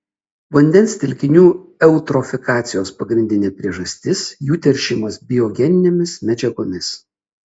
vandens telkinių eutrofikacijos pagrindinė priežastis jų teršimas biogeninėmis medžiagomis